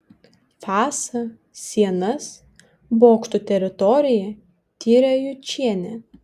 fasą sienas bokštų teritoriją tyrė jučienė